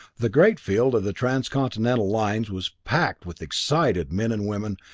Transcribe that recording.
the great field of the transcontinental lines was packed with excited men and women,